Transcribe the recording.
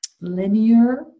linear